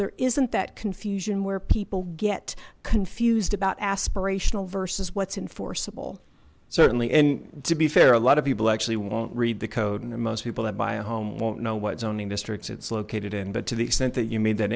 there isn't that confusion where people get confused about aspirational versus what's enforceable certainly and to be fair a lot of people actually won't read the code and most people that buy a home won't know what zoning districts it's located in but to the extent that you made that